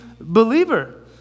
believer